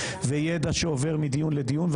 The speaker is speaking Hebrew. וידע שעובר מדיון לדיון,